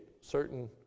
certain